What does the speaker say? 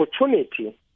opportunity